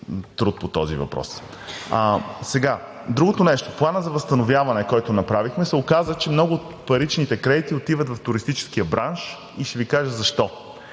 труд по този въпрос. Другото нещо. Планът за възстановяване, който направихме, се оказа, че много от паричните кредити отиват в туристическия бранш и ще Ви кажа защо.